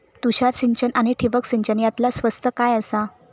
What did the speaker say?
तुषार सिंचन आनी ठिबक सिंचन यातला स्वस्त काय आसा?